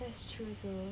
that's true too